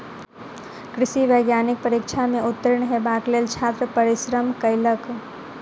कृषि वैज्ञानिक परीक्षा में उत्तीर्ण हेबाक लेल छात्र परिश्रम कयलक